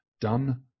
done